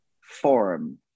form